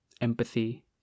empathy